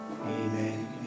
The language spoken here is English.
Amen